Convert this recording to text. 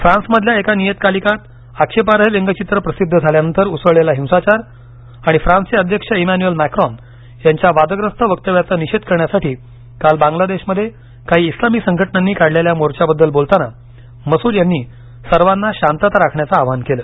फ्रान्समधल्या एका नियतकालिकात आक्षेपार्ह व्यंग्यचित्र प्रसिद्ध झाल्यानंतर उसळलेला हिंसाचार आणि फ्रान्सचे अध्यक्ष इमॅन्युएल मॅक्रॉन यांच्या वादग्रस्त वक्तव्याचा निषेध करण्यासाठी काल बांगलादेशमध्ये काही इस्लामी संघटनांनी काढलेल्या मोर्चाबद्दल बोलताना मसूद यांनी सर्वांना शांतता राखण्याचं आवाहन केलं